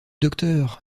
docteur